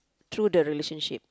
through the relationship